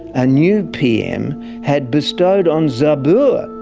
a new pm had bestowed on zabur,